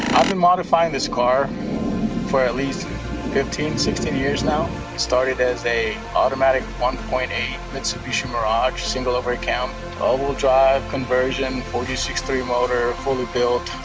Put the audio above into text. been modifying this car for at least fifteen, sixteen years now. it started as a automatic one point eight mitsubishi mirage, single overhead cam, all wheel drive conversion, four g six three motor, fully built,